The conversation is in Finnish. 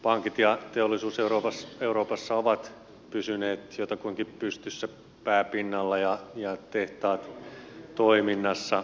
pankit ja teollisuus euroopassa ovat pysyneet jotakuinkin pystyssä pää pinnalla ja tehtaat toiminnassa